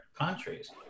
countries